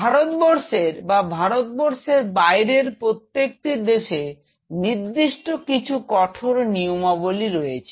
ভারতবর্ষে বা ভারতবর্ষের বাইরে প্রত্যেকটি দেশে কিছু নির্দিষ্ট এবং কঠোর নিয়মাবলী রয়েছে